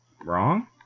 wrong